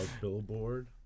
billboard